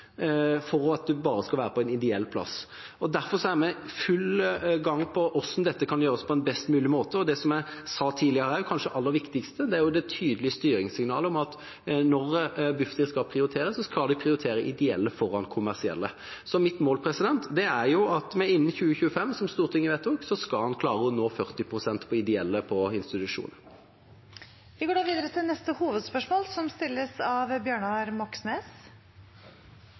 for at man skal være på en plass drevet av ideelle. Derfor er vi i full gang med hvordan dette kan gjøres på en best mulig måte. Det jeg sa tidligere også, er at det kanskje aller viktigste er det tydelige styringssignalet om at når Bufdir skal prioritere, skal de prioritere ideelle foran kommersielle. Mitt mål er at vi innen 2025, som Stortinget vedtok, skal klare å nå 40 pst. for ideelle aktører når det gjelder institusjonsplasser. Vi går da videre til neste hovedspørsmål.